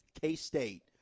K-State